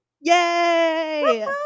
Yay